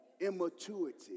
Immaturity